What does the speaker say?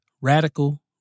radical